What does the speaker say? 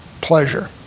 pleasure